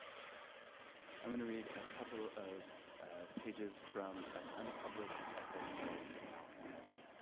so i'm gonna read a couple of pages from an unpublished essay called the malcontent.